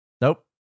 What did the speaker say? Nope